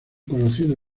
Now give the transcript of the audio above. conocidos